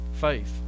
Faith